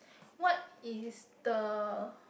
what is the